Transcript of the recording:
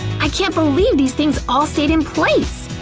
i can't believe these things all stayed in place.